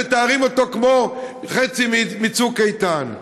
הם מתארים אותו כמו חצי מצוק איתן.